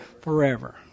forever